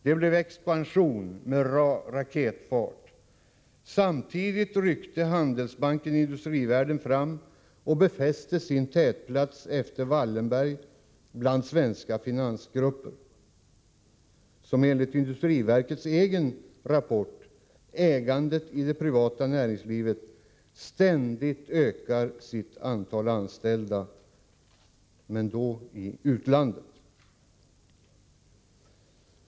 Det blev expansion med raketfart. Samtidigt ryckte Handelsbanken-Industrivärden fram och befäste sin tätplats efter Wallenberg bland svenska finansgrupper, vilka enligt industriverkets rapport Ägandet i det privata näringslivet ständigt ökar sitt antal anställda — i utlandet!